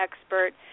expert